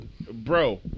Bro